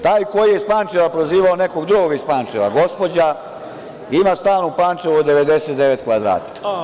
Taj koji je iz Pančeva prozivao nekog drugog iz Pančeva, gospođa ima stan u Pančevu od 99 kvadrata.